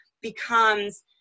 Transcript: becomes